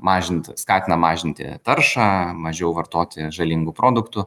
mažint skatina mažinti taršą mažiau vartoti žalingų produktų